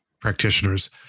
practitioners